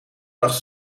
dacht